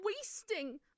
wasting